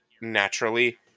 naturally